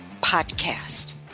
podcast